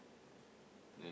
then